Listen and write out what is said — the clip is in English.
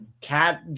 cat